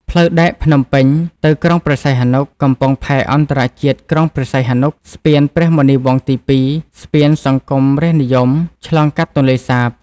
ផ្លូវដែកភ្នំពេញ ទៅក្រុងព្រះសីហនុ, កំពង់ផែអន្តរជាតិក្រុងព្រះសីហនុ, ស្ពានព្រះមុនីវង្សទី២, ស្ពាន "សង្គមរាស្ត្រនិយម" ឆ្លងកាត់ទន្លេសាប។